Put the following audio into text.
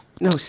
No